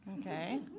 Okay